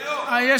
הבנתי,